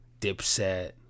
Dipset